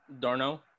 Darno